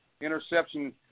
interception